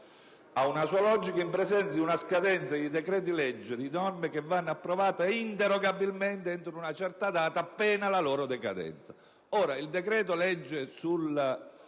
Ha una sua logica in presenza di una scadenza di decreti-legge, di norme che vanno approvate inderogabilmente entro una certa data, pena la loro decadenza».